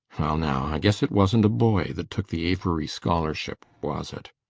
well now, i guess it wasn't a boy that took the avery scholarship, was it?